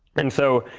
and so,